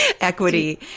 equity